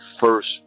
first